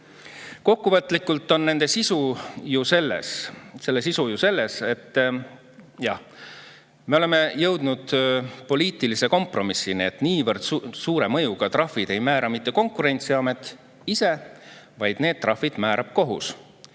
Kokkuvõtlikult on selle sisu ju selles, et jah, me oleme jõudnud poliitilise kompromissini, et niivõrd suure mõjuga trahve ei määra mitte Konkurentsiamet ise, vaid need trahvid määrab kohus,